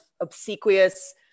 obsequious